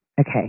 Okay